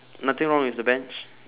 nothing wrong with the bench